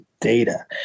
data